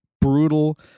brutal